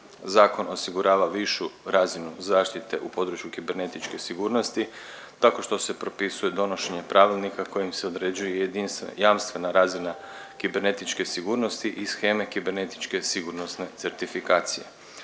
Zakon osigurava višu razinu zaštite u području kibernetičke sigurnosti tako što se propisuje donošenje pravilnika kojim se određuje jedinstv… jamstvena razina kibernetičke sigurnost i sheme kibernetičke sigurnosne certifikacije.